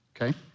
okay